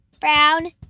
brown